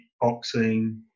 boxing